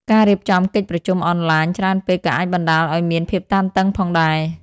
ការរៀបចំកិច្ចប្រជុំអនឡាញច្រើនពេកក៏អាចបណ្តាលឱ្យមានភាពតានតឹងផងដែរ។